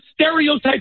stereotype